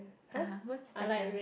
uh !huh! who's second